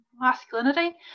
masculinity